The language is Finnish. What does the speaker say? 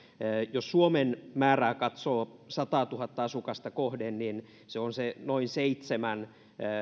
jos suomen määrää katsoo sataatuhatta asukasta kohden niin se on se noin seitsemän